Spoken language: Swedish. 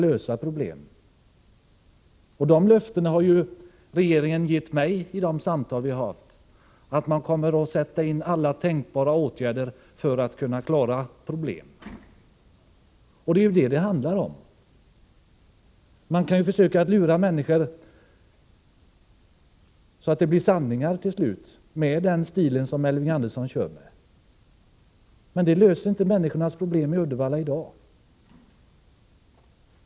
De löften som regeringen har gett mig i de samtal som vi har haft är att man kommer att sätta in alla tänkbara åtgärder för att klara problemen. Det är det som det handlar om. Man kan, med den stil som Elving Andersson kör med, försöka lura människorna, så att påståendena till slut blir sanningar. Men det löser inte människornas problem i Uddevalla i dag.